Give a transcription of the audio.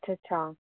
अच्छा अच्छा